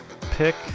pick